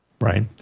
right